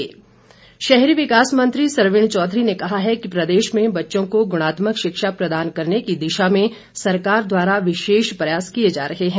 सरवीण शहरी विकास मंत्री सरवीण चौधरी ने कहा है कि प्रदेश में बच्चों को गुणात्मक शिक्षा प्रदान करने की दिशा में सरकार द्वारा विशेष प्रयास किए जा रहे हैं